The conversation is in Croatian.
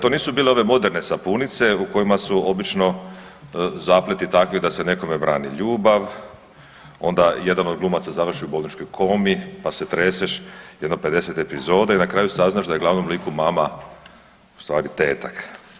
To nisu bile ove moderne sapunice u kojima su obično zapleti takvi da se nekome brani ljubav, onda jedan od glumaca završi u bolničkoj komi pa se treseš i onda 50 epizoda i na kraju saznaš da je glavnom liku mama ustvari tetak.